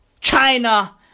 China